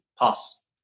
pass